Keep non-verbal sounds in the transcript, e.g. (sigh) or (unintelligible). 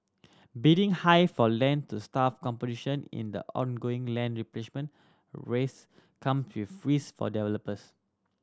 bidding high for land to (unintelligible) competition in the ongoing land replenishment race come with risk for developers